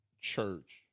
church